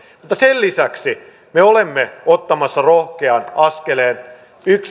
mutta sen lisäksi me olemme ottamassa rohkean askeleen